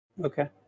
Okay